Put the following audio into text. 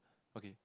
okay